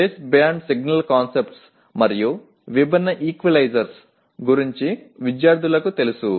base band signal concepts మరియు విభిన్న ఈక్వలైజర్ల గురించి విద్యార్థులకు తెలుసు